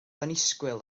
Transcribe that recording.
annisgwyl